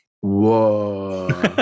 Whoa